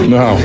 no